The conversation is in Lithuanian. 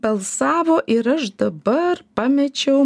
balsavo ir aš dabar pamečiau